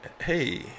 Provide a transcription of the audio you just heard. Hey